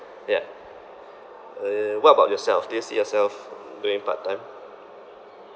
yeah uh what about yourself do you see yourself doing part time